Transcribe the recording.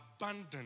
abandoned